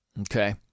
Okay